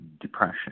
depression